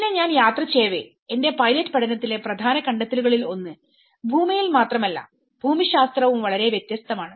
പിന്നെ ഞാൻ യാത്ര ചെയ്യവേ എന്റെ പൈലറ്റ് പഠനത്തിലെ പ്രധാന കണ്ടെത്തലുകളിൽ ഒന്ന് ഭൂമിയിൽ മാത്രമല്ല ഭൂമിശാസ്ത്രവും വളരെ വ്യത്യസ്തമാണ്